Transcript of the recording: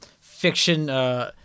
fiction